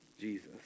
Jesus